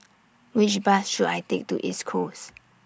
Which Bus should I Take to East Coast